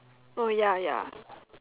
oh ya ya